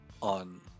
on